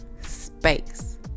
space